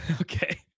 okay